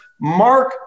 Mark